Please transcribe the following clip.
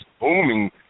booming